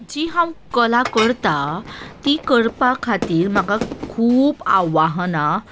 जी हांव कला करतां ती करपा खातीर म्हाका खूब आवाहनां